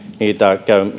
niitä